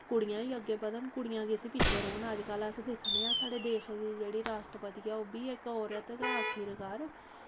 कुड़ियां बी अग्गें बधन कुड़ियें कैसी पिच्छें रौह्न ते अजकल्ल अस दिक्खने आं कि साढ़े देश दी जेह्की राश्ट्रपति ऐ ओह् बी इक्क औरत गै आखरकार